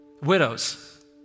Widows